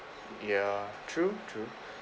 ya true true